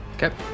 Okay